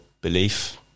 belief